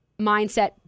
mindset